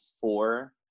four